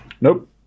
Nope